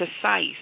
precise